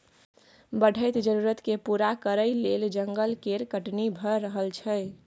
बढ़ैत जरुरत केँ पूरा करइ लेल जंगल केर कटनी भए रहल छै